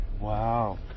Wow